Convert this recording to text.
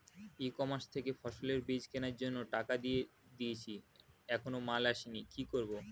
ই commerce থেকে ফসলের বীজ কেনার জন্য টাকা দিয়ে দিয়েছি এখনো মাল আসেনি কি করব?